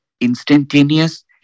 instantaneous